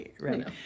Right